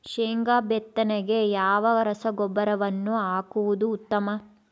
ಶೇಂಗಾ ಬಿತ್ತನೆಗೆ ಯಾವ ರಸಗೊಬ್ಬರವನ್ನು ಹಾಕುವುದು ಉತ್ತಮ?